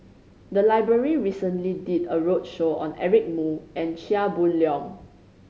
the library recently did a roadshow on Eric Moo and Chia Boon Leong